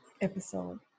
episode